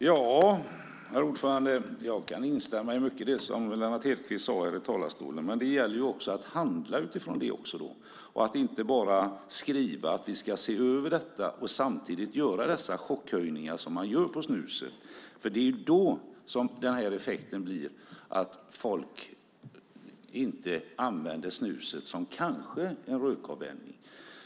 Herr talman! Jag kan instämma i mycket av det som Lennart Hedquist sade i talarstolen, men det gäller att också handla utifrån det. Man kan inte bara säga att vi ska se över detta och samtidigt genomföra de chockhöjningar som man gör på snuset. Det är ju då som det blir den här effekten att folk inte använder snuset som, kanske, en rökavvänjning.